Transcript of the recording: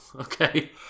okay